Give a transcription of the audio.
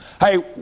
Hey